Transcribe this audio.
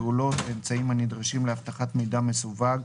פעולות ואמצעים הנדרשים לאבטחת מידע מסווג,